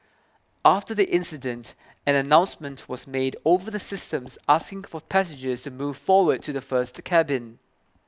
after the incident an announcement was made over the systems asking for passengers to move forward to the first cabin